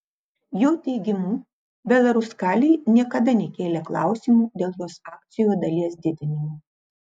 jo teigimu belaruskalij niekada nekėlė klausimo dėl jos akcijų dalies didinimo